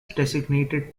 designated